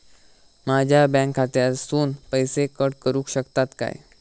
माझ्या बँक खात्यासून पैसे कट करुक शकतात काय?